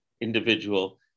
individual